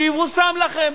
שיבושם לכם.